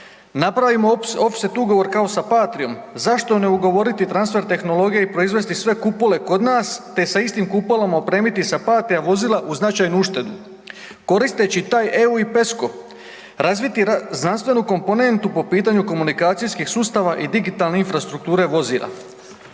Napravimo off set ugovor kao sa Patrijom, zašto ne ugovoriti transfer tehnologije i proizvesti sve kupole kod nas te sa istim kupolama opremiti sva Patrija vozila uz značajnu uštedu, koristeći taj EU i PESCO, razviti znanstvenu komponentu po pitanju komunikacijskih sustava i digitalne infrastrukture vozila.